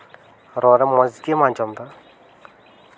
ᱨᱚᱲ ᱢᱚᱡᱽ ᱜᱮᱢ ᱟᱸᱡᱚᱢ ᱫᱟ